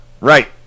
Right